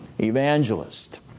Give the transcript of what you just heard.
evangelist